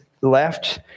left